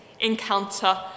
encounter